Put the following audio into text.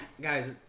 guys